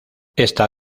está